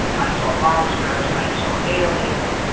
i saw monsters. i saw aliens.